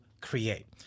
create